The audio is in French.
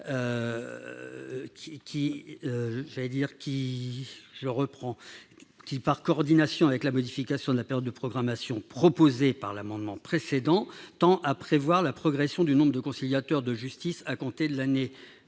par coordination avec la modification de la période de programmation opérée au travers de l'amendement précédent, tend à prévoir la progression du nombre de conciliateurs de justice à compter de l'année 2019,